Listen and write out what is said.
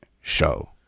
show